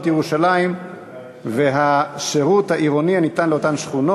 ירושלים והשירותים העירוניים הניתנים בהן,